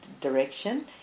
direction